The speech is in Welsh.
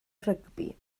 rygbi